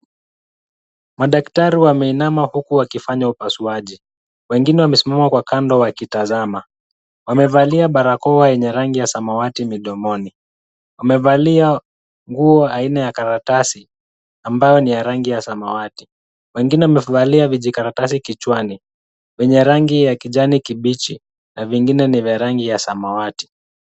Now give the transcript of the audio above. Madaktari wameinama huku wakifanya upasuaji. Wengine wamesimama kwa kando wakitazama. Wamevalia barakoa yenye rangi ya samawati midomoni. Wamevalia nguo aina ya karatasi, ambayo ni ya rangi ya samawati. Wengine wamevalia vijikaratasi kichwani vyenye rangi ya kijani kibichi na vingine ni vya rangi ya samawati.